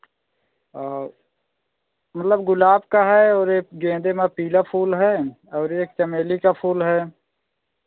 और मतलब गुलाब का है और एक गेंदे में पीला फूल है और एक चमेली का फूल है